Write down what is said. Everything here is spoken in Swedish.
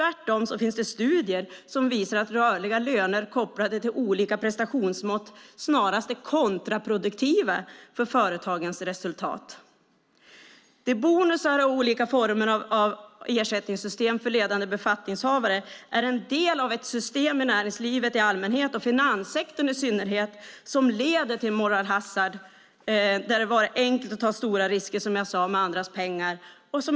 Det finns tvärtom studier som visar att rörliga löner kopplade till olika prestationsmått snarast är kontraproduktiva för företagens resultat. Bonusar och olika former av ersättningssystem till ledande befattningshavare är en del av ett system i näringslivet i allmänhet och finanssektorn i synnerhet som leder till moral hazard där det är enkelt att ta stora risker med andras pengar.